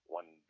One